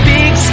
Big